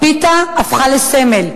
הפיתה הפכה לסמל.